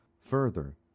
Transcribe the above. Further